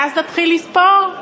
ואז נתחיל לספור,